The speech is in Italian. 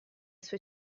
sue